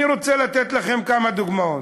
אני רוצה לתת לכם כמה דוגמאות.